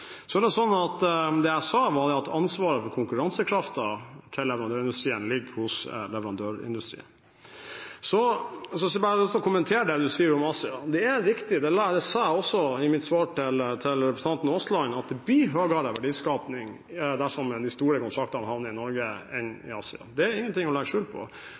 Det jeg sa, var at ansvaret for konkurransekraften til leverandørindustrien ligger hos leverandørindustrien. Så har jeg bare lyst til å kommentere det representanten sier om Asia. Det er riktig, og det sa jeg også i mitt svar til representanten Aasland, at det blir høyere verdiskaping dersom de store kontraktene havner i Norge, enn om de havner i Asia. Det er ingenting å legge skjul på.